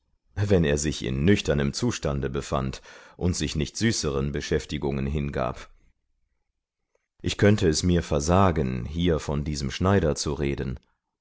wenn er sich in nüchternem zustande befand und sich nicht süßeren beschäftigungen hingab ich könnte es mir versagen hier von diesem schneider zu reden